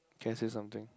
can I say something